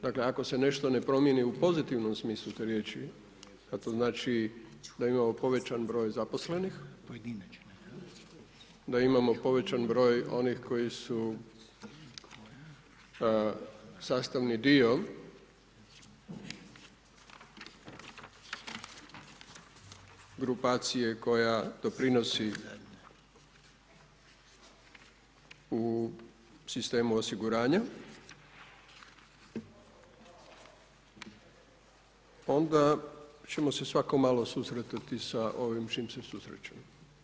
Dakle, ako se nešto ne promijeni u pozitivnom smislu te riječi, a to znači da imamo povećan broj zaposlenih da imamo povećan broj onih koji su sastavni dio grupacije koja doprinosi u sistemu osiguranja, onda ćemo se svako malo susretati sa ovim s čim se susrećemo.